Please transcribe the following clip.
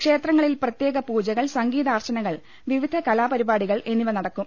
ക്ഷേത്രങ്ങളിൽ പ്രത്യേക പൂജകൾ സംഗീതാർച്ച നകൾ വിവിധ കലാപരിപാടികൾ എന്നിവ നടക്കും